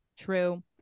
true